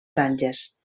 franges